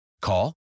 Call